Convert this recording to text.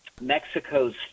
Mexico's